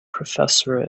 professor